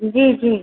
जी जी